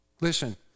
Listen